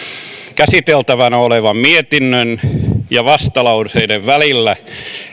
käsiteltävänä olevan mietinnön ja vastalauseiden välillä